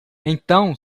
então